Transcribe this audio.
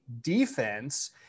defense